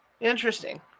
Interesting